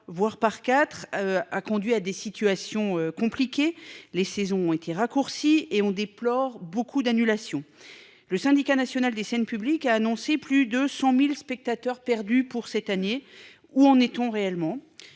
voire par quatre a conduit à des situations compliquées les saisons été raccourci et on déplore beaucoup d'annulations. Le Syndicat national des scènes publiques a annoncé plus de 100.000 spectateurs perdus pour cette année. Où en est-on réellement.